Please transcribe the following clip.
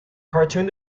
cartoon